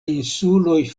insuloj